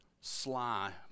sly